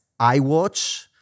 iWatch